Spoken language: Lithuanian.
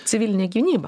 civilinė gynyba